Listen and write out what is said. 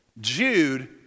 Jude